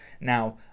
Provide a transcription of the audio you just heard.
Now